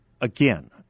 Again